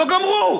לא גמרו.